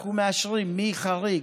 אנחנו מאשרים מי חריג,